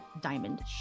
diamond